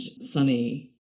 Sunny